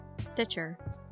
Stitcher